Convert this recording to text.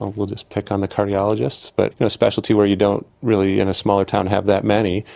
ah we'll just pick on the cardiologists, but specialty where you don't really in a small town have that many.